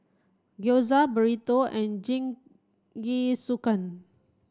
Gyoza Burrito and Jingisukan